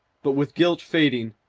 but with guilt fading,